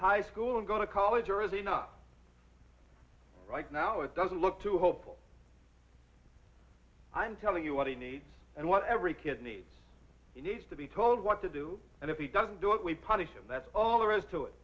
high school and go to college or they know right now it doesn't look too hopeful i'm telling you what he needs and what every kid needs he needs to be told what to do and if he doesn't do it we punish him that's all there is to it